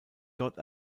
dort